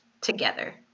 together